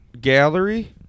Gallery